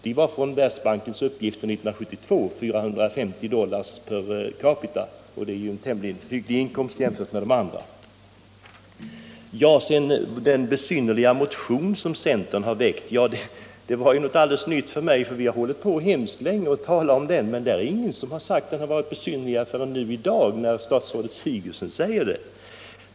De var hämtade från Världsbankens uppgifter från år 1972, och 450 dollar per capita är en tämligen hygglig inkomst jämfört med de andra. Att centern skulle ha väckt en besynnerlig motion var något alldeles nytt för mig. Vi har talat länge om den i utskottet, men det är ingen som har sagt att den var besynnerlig förrän statsrådet Sigurdsen gjorde det i dag.